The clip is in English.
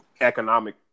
economic